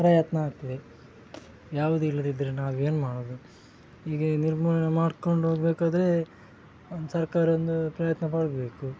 ಪ್ರಯತ್ನ ಆಗ್ತದೆ ಯಾವುದು ಇಲ್ಲದಿದ್ದರೆ ನಾವೇನು ಮಾಡೋದು ಹೀಗೆ ನಿರ್ಮಾಣ ಮಾಡ್ಕೊಂಡೋಗಬೇಕಾದ್ರೆ ಒಂದು ಸರ್ಕಾರ ಒಂದು ಪ್ರಯತ್ನ ಪಡಬೇಕು